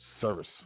service